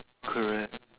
correct